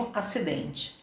acidente